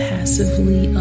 Passively